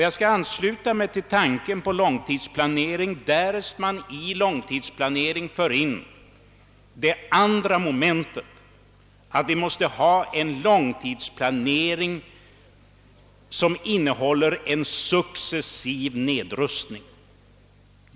Jag skall ansluta mig till tanken på långtidsplanering därest man i denna inbegriper det momentet, att vi måste få till stånd en successiv nedrustning.